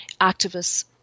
activists